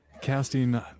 casting